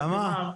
כמה?